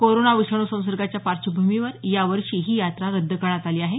corona विषाणू संसर्गाच्या पार्श्वभूमीवर यावर्षी ही यात्रा रद्द करण्यात आली आहे